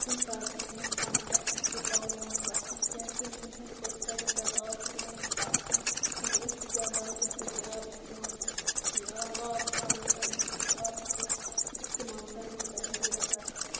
کُنہِ ساتہٕ یَژھان تہِ اَسہِ تہِ گَژھِ ہے پاوَر موٹر آسُن کیٛازِ کُنہِ کُنہِ ساتہٕ چھِ اَسہِ واریاہ زیادٕ آب ضٔروٗرَت آسان مَگر أسۍ چھِ زیادٕ بالٹیٖن سۭتی آب اِستعمال یہِ آب کھالان تہٕ بیٚیہِ چھِ أسۍ آب تِتُے اِستعمال کَران یوٗتاہ اَسہِ ضٔروٗرَت آسہِ